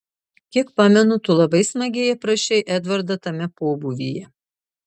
kiek pamenu tu labai smagiai aprašei edvardą tame pobūvyje